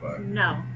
No